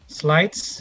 slides